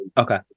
Okay